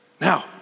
Now